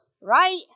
right